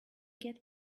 get